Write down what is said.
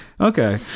okay